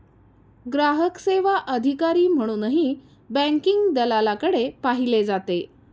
ग्राहक सेवा अधिकारी म्हणूनही बँकिंग दलालाकडे पाहिले जाते